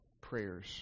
prayer's